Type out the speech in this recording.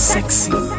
Sexy